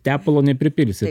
tepalo nepripilsi